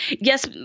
Yes